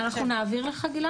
גלעד, אנחנו נעביר אליך?